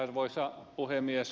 arvoisa puhemies